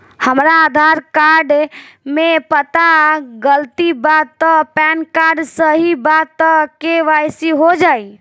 हमरा आधार कार्ड मे पता गलती बा त पैन कार्ड सही बा त के.वाइ.सी हो जायी?